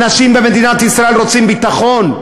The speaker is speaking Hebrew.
האנשים במדינת ישראל רוצים ביטחון,